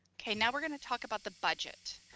okay, now we're gonna talk about the budget.